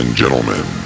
Gentlemen